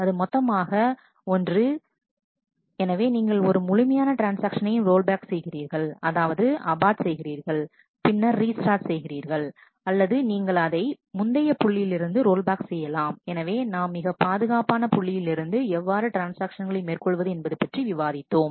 அது மொத்தமாக 1 எனவே நீங்கள் ஒரு முழுமையான ட்ரான்ஸ்ஆக்ஷனையும் ரோல்பேக் செய்கிறீர்கள் அதாவது அபார்ட் செய்கிறீர்கள் பின்னர் ரீஸ்டார்ட் செய்கிறீர்கள் அல்லது நீங்கள் அதை முந்தைய புள்ளியிலிருந்து ரோல் பேக் செய்யலாம் எனவே நாம் மிக பாதுகாப்பான புள்ளியிலிருந்து எவ்வாறு ட்ரான்ஸ்ஆக்ஷன்களை மேற்கொள்வது என்பது பற்றி விவாதித்தோம்